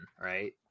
right